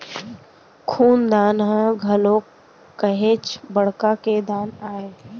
खून दान ह घलोक काहेच बड़का के दान आय